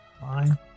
Fine